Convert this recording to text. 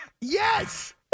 Yes